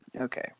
Okay